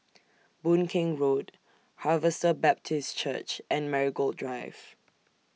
Boon Keng Road Harvester Baptist Church and Marigold Drive